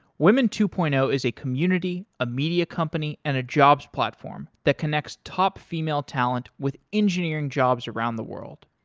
women two point zero is a community, a media company and a jobs platform that connects top female talent with engineering jobs around the world.